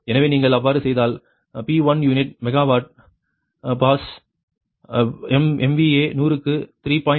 எனவே நீங்கள் அவ்வாறு செய்தால் P1 unit megawatt base MVA 100 க்கு 3